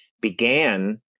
began